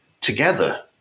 together